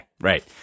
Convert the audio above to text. right